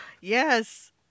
Yes